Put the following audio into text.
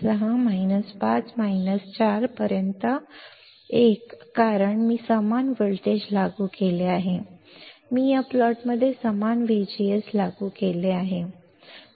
6 5 4 पर्यंत 1 कारण मी समान व्होल्टेज लागू केले आहे मी या प्लॉटमध्ये समान VGS लागू केले आहे